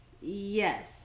Yes